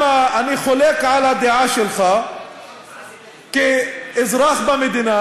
אני חולק על הדעה שלך כאזרח במדינה,